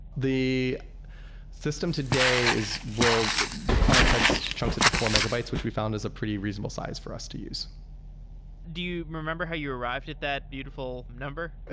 the system today is well, the client-side is chunked into four megabytes, which we found is a pretty reasonable size for us to use do you remember how you arrived at that beautiful number? ah